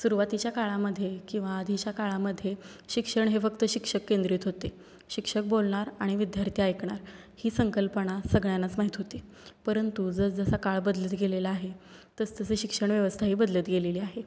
सुरवातीच्या काळामध्ये किंवा आधीच्या काळामध्ये शिक्षण हे फक्त शिक्षक केंद्रित होते शिक्षक बोलणार आणि विद्यार्थी ऐकणार ही संकल्पना सगळ्यांनाच माहीत होती परंतु जसजसा काळ बदलत गेलेला आहे तसतसं शिक्षणव्यवस्थाही बदलत गेलेली आहे